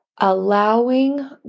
allowing